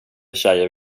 tjejer